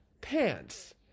pants